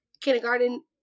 kindergarten